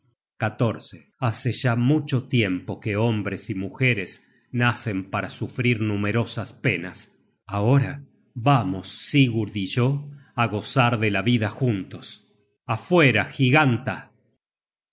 marido hace ya mucho tiempo que hombres y mujeres nacen para sufrir numerosas penas ahora vamos sigurd y yo á gozar de la vida juntos afuera giganta